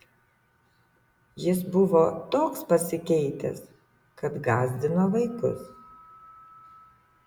jis buvo toks pasikeitęs kad gąsdino vaikus